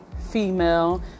female